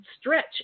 stretch